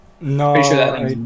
No